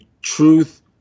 truth